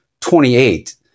28